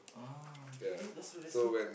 oh K K that's true that's true